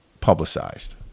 publicized